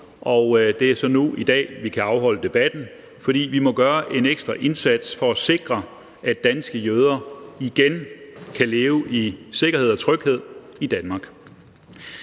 og det er så nu i dag, vi kan afholde debatten, for vi må gøre en ekstra indsats for at sikre, at danske jøder igen kan leve i sikkerhed og tryghed i Danmark.